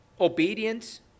obedience